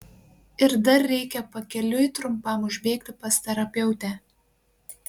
ir dar reikia pakeliui trumpam užbėgti pas terapeutę